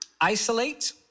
isolate